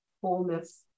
wholeness